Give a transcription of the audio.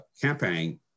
campaign